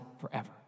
forever